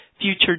future